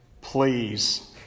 Please